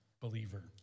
believer